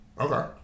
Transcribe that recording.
Okay